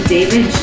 David